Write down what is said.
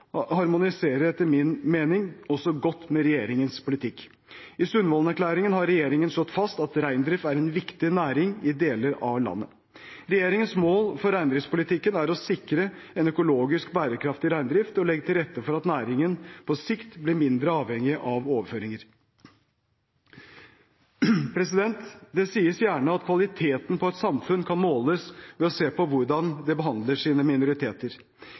etter min mening også godt med regjeringens politikk. I Sundvolden-erklæringen har regjeringen slått fast at reindrift er en viktig næring i deler av landet. Regjeringens mål for reindriftspolitikken er å sikre en økologisk bærekraftig reindrift og legge til rette for at næringen på sikt blir mindre avhengig av overføringer. Det sies gjerne at kvaliteten på et samfunn kan måles ved å se på hvordan det behandler sine minoriteter.